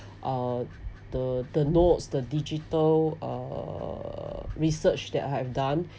uh the the notes the digital err research that I've done